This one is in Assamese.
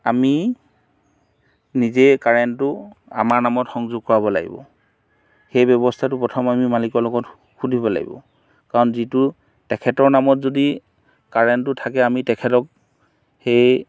আমি নিজেই কাৰেণ্টটো আমাৰ নামত সংযোগ কৰাব লাগিব সেই ব্যৱস্থাটো প্ৰথম আমি মালিকৰ লগত সুধিব লাগিব কাৰণ যিটো তেখেতৰ নামত যদি কাৰেণ্টটো থাকে আমি তেখেতক সেই